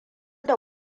da